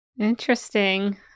Interesting